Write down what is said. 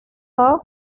her